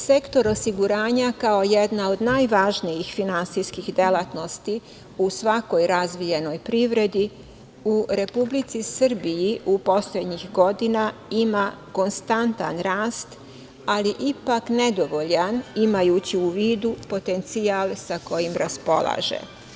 Sektor osiguranja, kao jedna od najvažnijih finansijskih delatnosti u svakoj razvijenoj privredi, u Republici Srbiji poslednjih godina ima konstantan rast, ali ipak nedovoljan, imajući u vidu potencijal sa kojim raspolaže.